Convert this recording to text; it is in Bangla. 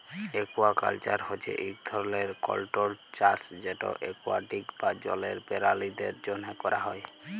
একুয়াকাল্চার হছে ইক ধরলের কল্ট্রোল্ড চাষ যেট একুয়াটিক বা জলের পেরালিদের জ্যনহে ক্যরা হ্যয়